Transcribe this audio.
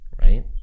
Right